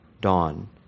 dawn